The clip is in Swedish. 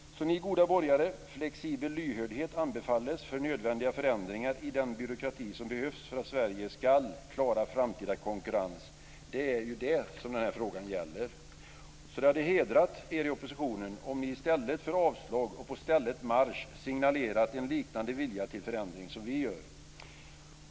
Ni goda borgare! Flexibel lyhördhet anbefalles för nödvändiga förändringar i den byråkrati som behövs för att Sverige ska klara framtida konkurrens. Det är ju det som den här frågan gäller. Det hade hedrat er i oppositionen om ni i stället för avslag och på stället marsch hade signalerat en liknande vilja till förändring som vi gör.